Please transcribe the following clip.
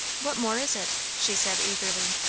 what more is it? she said eagerly,